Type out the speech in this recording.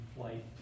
flight